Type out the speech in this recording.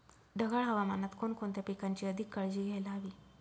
ढगाळ हवामानात कोणकोणत्या पिकांची अधिक काळजी घ्यायला हवी?